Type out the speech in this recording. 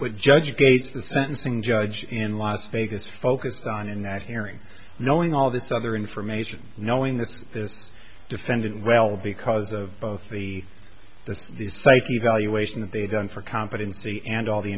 with judge gates the sentencing judge in las vegas focused on in that hearing knowing all this other information knowing this this defendant well because of both the this these psych evaluation that they've done for competency and all the